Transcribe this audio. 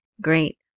great